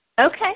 Okay